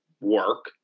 work